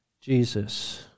Jesus